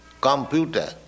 computer